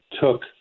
took